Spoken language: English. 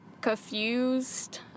confused